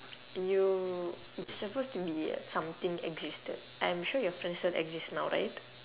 you it's supposed to be something existed I'm sure your friend still exist now right